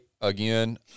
again